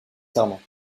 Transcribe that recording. serment